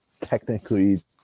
technically